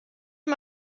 mal